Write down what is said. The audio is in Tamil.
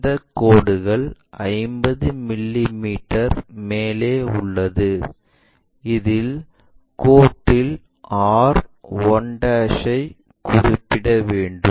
இந்தக் கோடு 50 மிமீ மேலே உள்ளது இதில் கோட்டில் r 1 ஐ குறிப்பிட வேண்டும்